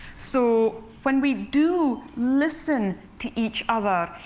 so when we do listen to each other,